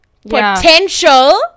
potential